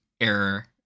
error